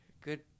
good